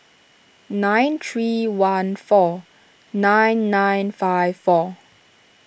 nine three one four nine nine five four